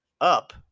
up